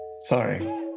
Sorry